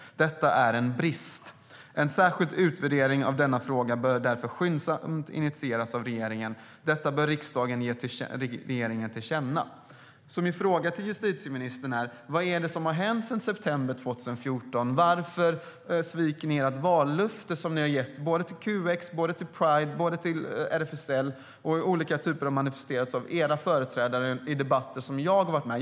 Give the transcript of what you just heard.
Detta är en brist. En särskild utvärdering av denna fråga bör därför skyndsamt initieras av regeringen. Detta bör riksdagen ge regeringen till känna." Min fråga till justitieministern är alltså vad som har hänt sedan september 2014. Varför sviker ni det vallöfte ni gav till QX, Pride och RFSL och som har manifesterats i olika former av era företrädare i debatter jag har varit med i?